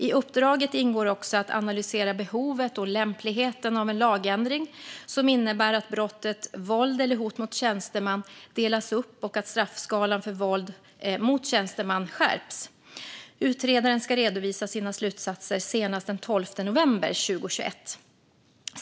I uppdraget ingår också att analysera behovet och lämpligheten av en lagändring som innebär att brottet våld eller hot mot tjänsteman delas upp och att straffskalan för våld mot tjänsteman skärps. Utredaren ska redovisa sina slutsatser senast den 12 november 2021.